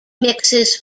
mixes